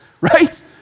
right